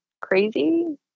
crazy